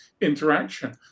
interaction